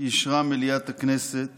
אישרה מליאת הכנסת